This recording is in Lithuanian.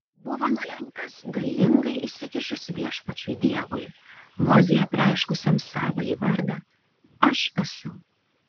buvo nulemtas galingai įsikišus viešpačiui dievui mozei apreiškusiam savąjį vardą aš esu